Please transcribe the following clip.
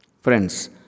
Friends